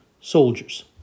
Soldiers